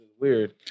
Weird